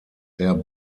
der